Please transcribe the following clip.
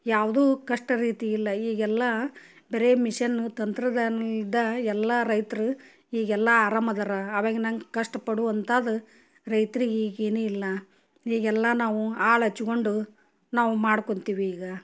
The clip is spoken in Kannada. ಯಾವುದು ಕಷ್ಟ ರೀತಿ ಇಲ್ಲ ಈಗೆಲ್ಲ ಬರೇ ಮಿಶನ್ ತಂತ್ರಜ್ಞಾನದಿಂದ ಎಲ್ಲಾ ರೈತ್ರು ಈಗೆಲ್ಲಾ ಅರಾಮ್ ಅದರ ಅವೇಗ ನಂಗೆ ಕಷ್ಟ ಪಡುವಂಥದ್ದು ರೈತ್ರಿಗೆ ಈಗ ಏನು ಇಲ್ಲ ಈಗೆಲ್ಲ ನಾವು ಆಳು ಹಚ್ಕೊಂಡು ನಾವು ಮಾಡ್ಕೊಂತೀವಿ ಈಗ